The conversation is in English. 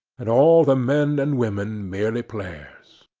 and all the men and women merely players